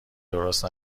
درست